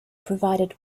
provided